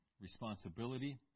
responsibility